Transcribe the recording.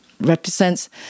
represents